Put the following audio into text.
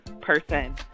person